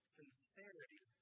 sincerity